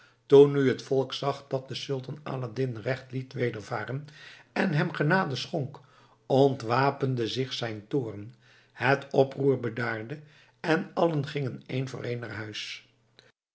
toen nu het volk zag dat de sultan aladdin recht liet wedervaren en hem genade schonk ontwapende zich zijn toorn het oproer bedaarde en allen gingen één voor één naar huis